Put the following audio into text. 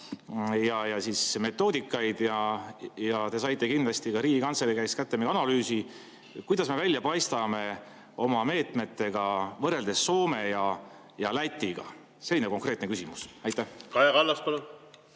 ja metoodikaid. Te saite kindlasti ka Riigikantselei käest kätte [teatud] analüüsi. Kuidas me välja paistame oma meetmetega võrreldes Soome ja Lätiga? Selline konkreetne küsimus. Aitäh